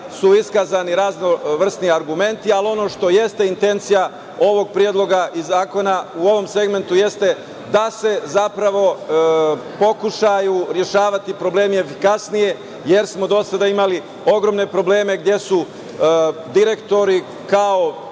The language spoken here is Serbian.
su iskazani raznovrsni argumenti, ali ono što jeste intencija ovog predloga zakona u ovom segmentu jeste da se zapravo pokušaju rešavati problemi efikasnije, jer smo do sada imali ogromne probleme gde su direktori, da